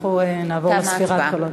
אנחנו נעבור לספירת הקולות.